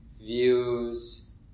views